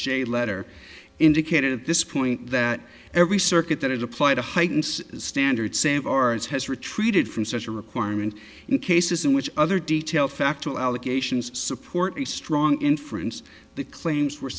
j letter indicated at this point that every circuit that is applied to heightened standards save ours has retreated from such a requirement in cases in which other detail factual allegations support a strong inference the claims were